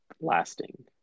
lasting